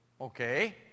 Okay